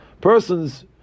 Persons